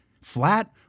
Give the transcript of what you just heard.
flat